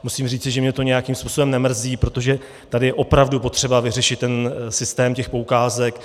Musím říci, že mě to nějakým způsobem nemrzí, protože tady je opravdu potřeba vyřešit systém těch poukázek.